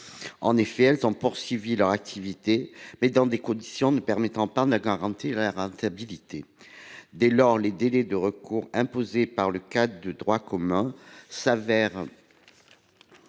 En effet, elles ont poursuivi leurs activités dans des conditions ne permettant pas de garantir la rentabilité. Dès lors, les délais de recours imposés par le cadre de droit commun se révèlent